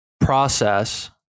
process